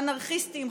אנרכיסטים,